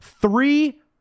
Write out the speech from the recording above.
three